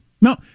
no